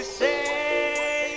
say